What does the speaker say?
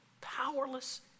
powerless